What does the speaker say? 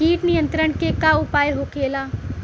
कीट नियंत्रण के का उपाय होखेला?